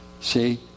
See